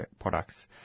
products